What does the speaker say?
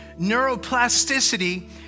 neuroplasticity